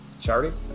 Charity